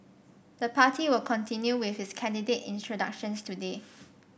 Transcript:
the party will continue with its candidate introductions today